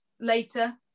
later